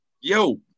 Yo